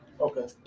Okay